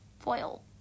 Foil